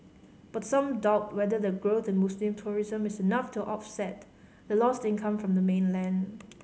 but some doubt whether the growth in Muslim tourism is enough to offset the lost income from the mainland